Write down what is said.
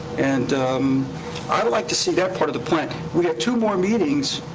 and i'd like to see that part of the plan. we have two more meetings.